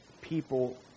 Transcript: people